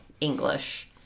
English